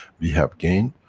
we have gained,